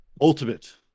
Ultimate